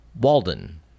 Walden